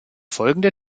folgende